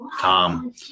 Tom